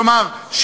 כלומר,